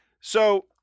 So-